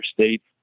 States